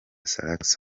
salax